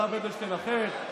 רב אדלשטיין אחר.